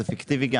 זה פיקטיבי.